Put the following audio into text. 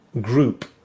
group